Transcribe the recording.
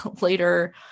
later